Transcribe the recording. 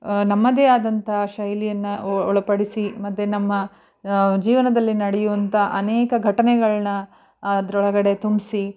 ನಮ್ಮದೇ ಆದಂಥ ಶೈಲಿಯನ್ನು ಒಳಪಡಿಸಿ ಮತ್ತೆ ನಮ್ಮ ಜೀವನದಲ್ಲಿ ನಡೆಯುವಂಥ ಅನೇಕ ಘಟನೆಗಳನ್ನು ಅದರೊಳಗಡೆ ತುಂಬಿಸಿ